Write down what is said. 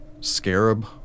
scarab